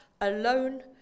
alone